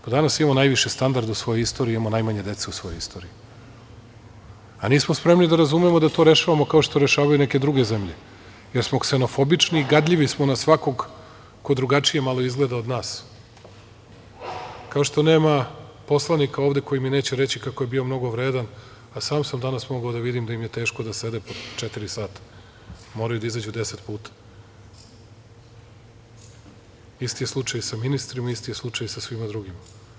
Danas imamo najviše standarda u svojoj istoriji, imamo najmanje dece u svojoj istoriji, a nismo spremni da razumemo da to rešavamo, kao što rešavaju neke druge zemlje, jer smo ksenofobični i gadljivi smo na svakog ko drugačije malo izgleda od nas, kao što nema poslanika ovde koji mi neće reći kako je bio mnogo vredan, a sam sam danas mogao da vidim da im je teško da sede po četiri sata, moraju da izađu deset puta, isti je slučaj sa ministrima, isti je slučaj sa svima drugima.